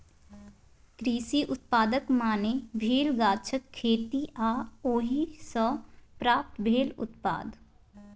कृषि उत्पादक माने भेल गाछक खेती आ ओहि सँ प्राप्त भेल उत्पाद